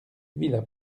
villa